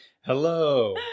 Hello